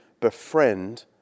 befriend